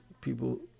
people